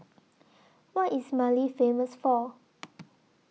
What IS Mali Famous For